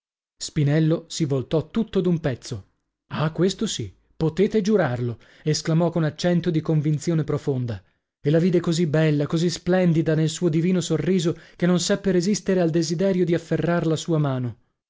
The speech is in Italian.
spinello si voltò tutto d'un pezzo ah questo sì potete giurarlo esclamò con accento di convinzione profonda e la vide così bella così splendida nel suo divino sorriso che non seppe resistere al desiderio di afferrar la sua mano